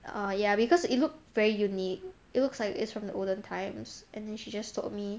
uh ya because it looked very unique it looks like it's from the olden times and then she just told me